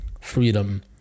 freedom